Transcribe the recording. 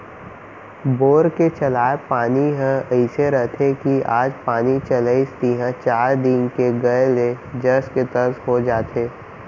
bore के चलाय पानी ह अइसे रथे कि आज पानी चलाइस तिहॉं चार दिन के गए ले जस के तस हो जाथे